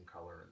color